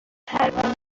پرواز